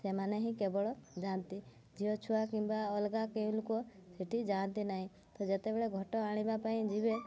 ସେମାନେ ହିଁ କେବଳ ଯାଆନ୍ତି ଝିଅ ଛୁଆ କିମ୍ବା ଅଲଗା କେହି ଲୋକ ସେଇଠି ଯାଆନ୍ତି ନାହିଁ ତ ଯେତେବେଳେ ଘଟ ଆଣିବା ପାଇଁ ଯିବେ